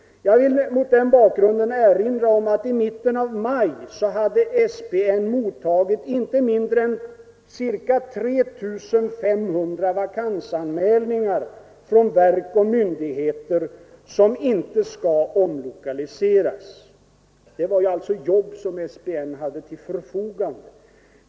Jag vill mot denna bakgrund erinra om att i mitten av maj hade SPN mottagit inte mindre än ca 3 500 vakansanmälningar från verk och myndigheter som inte skall omlokaliseras. Det var alltså jobb som SPN hade till sitt förfogande.